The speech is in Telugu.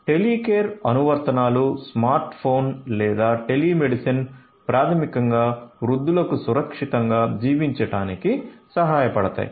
టెలికేర్ అనువర్తనాలు స్మార్ట్ ఫోన్ లేదా టెలిమెడిసిన్ ప్రాథమికంగా వృద్ధులకు సురక్షితంగా జీవించడానికి సహాయపడతాయి